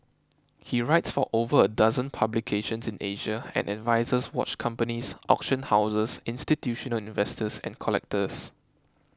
he writes for over a dozen publications in Asia and advises watch companies auction houses institutional investors and collectors